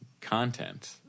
content